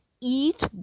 eat